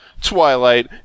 Twilight